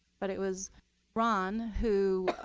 but it was ron who